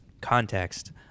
context